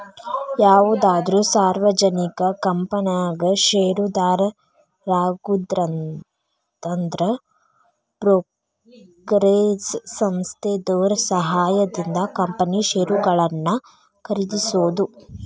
ಯಾವುದಾದ್ರು ಸಾರ್ವಜನಿಕ ಕಂಪನ್ಯಾಗ ಷೇರುದಾರರಾಗುದಂದ್ರ ಬ್ರೋಕರೇಜ್ ಸಂಸ್ಥೆದೋರ್ ಸಹಾಯದಿಂದ ಕಂಪನಿ ಷೇರುಗಳನ್ನ ಖರೇದಿಸೋದು